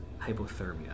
hypothermia